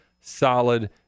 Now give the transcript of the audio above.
solid